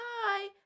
hi